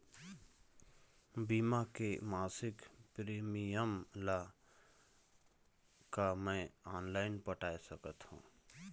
बीमा के मासिक प्रीमियम ला का मैं ऑनलाइन पटाए सकत हो?